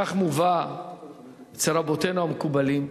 כך מובא אצל רבותינו המקובלים,